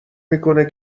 میکنه